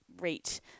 reach